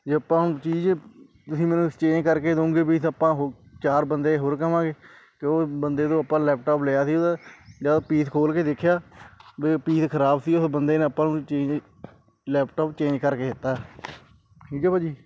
ਵੀ ਆਪਾਂ ਹੁਣ ਚੀਜ਼ ਤੁਸੀਂ ਮਤਲਬ ਅਕਸਚੇਂਜ ਕਰਕੇ ਦਿਓਗੇ ਵੀ ਸ ਆਪਾਂ ਚਾਰ ਬੰਦੇ ਹੋਰ ਕਹਾਂਗੇ ਕੇ ਉਹ ਬੰਦੇ ਤੋਂ ਆਪਾਂ ਲੈਪਟਾਪ ਲਿਆ ਸੀਗਾ ਵੇ ਉਹ ਪੀਸ ਖੋਲ ਕੇ ਦੇਖਿਆ ਵੇ ਉਹ ਪੀਸ ਖ਼ਰਾਬ ਸੀ ਉਹ ਬੰਦੇ ਨੇ ਆਪਾਂ ਨੂੰ ਚੀਜ਼ ਲੈਪਟਾਪ ਚੇਂਜ ਕਰਕੇ ਦਿੱਤਾ ਠੀਕ ਹੈ ਭਾਅ ਜੀ